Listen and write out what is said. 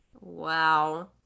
Wow